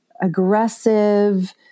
aggressive